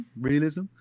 realism